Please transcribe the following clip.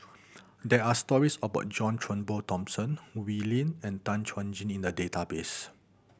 there are stories about John Turnbull Thomson Wee Lin and Tan Chuan Jin in the database